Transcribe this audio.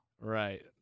Right